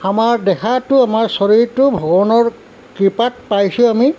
আমাৰ দেহাটো আমাৰ শৰীৰটো ভগৱানৰ কৃপাত পাইছো আমি